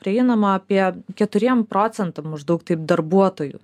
prieinama apie keturiem procentam maždaug taip darbuotojų